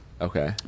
Okay